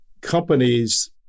companies